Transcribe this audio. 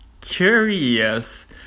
Curious